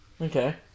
Okay